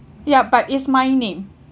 ya but is my name